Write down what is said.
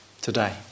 today